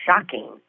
shocking